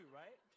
right